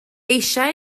eisiau